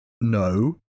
No